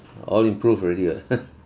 all improve already what